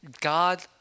God